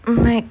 I'm like